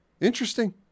interesting